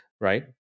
right